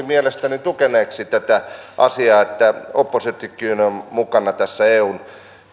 mielestäni tukeneeksi tätä asiaa että oppositiokin on mukana tässä